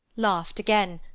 laughed again,